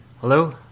Hello